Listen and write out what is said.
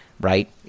right